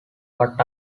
but